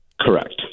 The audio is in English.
Correct